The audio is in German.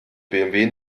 bmw